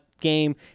game